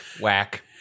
whack